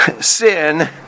sin